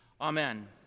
Amen